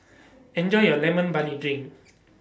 Enjoy your Lemon Barley Drink